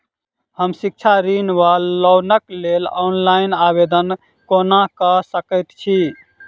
हम शिक्षा ऋण वा लोनक लेल ऑनलाइन आवेदन कोना कऽ सकैत छी?